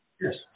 Yes